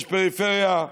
יש פריפריה,